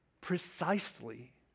precisely